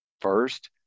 First